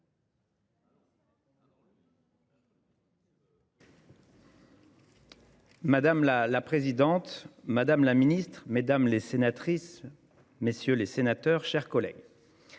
Madame la présidente, madame la ministre, mesdames les sénatrices, messieurs les sénateurs, chères collègues,